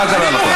מה קרה לכם?